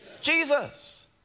Jesus